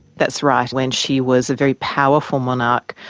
that's right when she was a very powerful monarch,